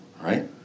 Right